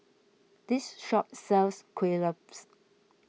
this shop sells Kuih Lopes